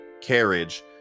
carriage